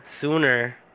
sooner